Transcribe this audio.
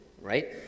right